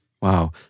Wow